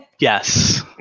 Yes